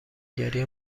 گری